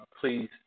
please